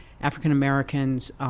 African-Americans